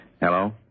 Hello